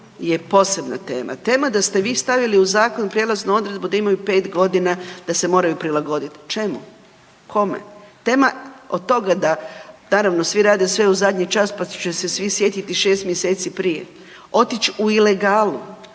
je posebna tema, tema da ste vi stavili u zakon prijelaznu odredbu da imaju pet godina da se moraju prilagodit. Čemu? Kome? Tema od toga da naravno svi rade sve u zadnji čas pa će se svi sjetiti šest mjeseci prije otić u ilegalu,